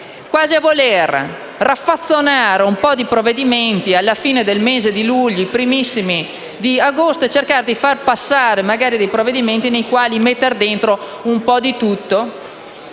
quasi a voler raffazzonare un po' di provvedimenti alla fine del mese di luglio e nei primi giorni di agosto e a cercare di far passare provvedimenti nei quali, magari, mettere dentro un po' di tutto;